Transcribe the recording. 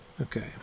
Okay